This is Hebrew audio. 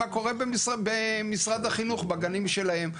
מה קורה במשרד החינוך בגנים שלהם,